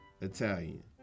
Italian